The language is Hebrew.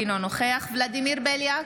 אינו נוכח ולדימיר בליאק,